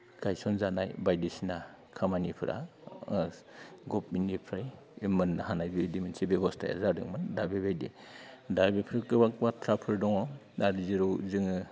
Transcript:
गायसनजानाय बायदिसिना खामानिफोरा गभर्नमेन्टनिफ्राय मोननो हानाय बेबायदि मोनसे बेबस्थाया जादोंमोन दा बेबायदि दा बेफोर गोबां बाथ्राफोर दङ दा जेराव जोङो